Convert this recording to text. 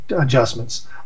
adjustments